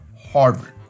Harvard